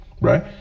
right